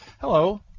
Hello